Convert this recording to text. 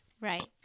Right